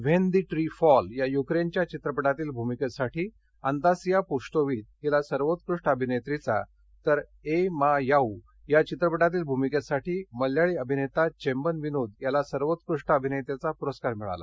when the tree fall या युक्रेनच्या चित्रपटातील भूमिकेसाठी अन्तासिया प्श्तोव्हित हिला सर्वोत्कृष्ट अभिनेत्रीचा तर ए मा याउ या चित्रपटातील भूमीकेसाठी मल्याळी अभिनेता चेंबन विनोद याला सर्वोत्कृष्ट अभिनेत्याचा पुरस्कार मिळाला